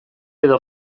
edo